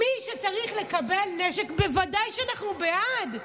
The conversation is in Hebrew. מי שצריך לקבל נשק, ודאי שאנחנו בעד.